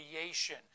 creation